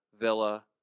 Villa